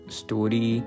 story